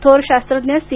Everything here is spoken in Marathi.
थोर शास्त्रज्ञ सी